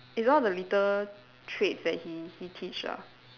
it's all the little traits that he he teach lah